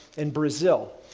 and brazil.